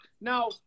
Now